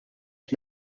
qed